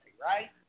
right